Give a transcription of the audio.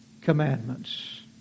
commandments